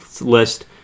list